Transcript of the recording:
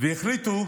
והחליטו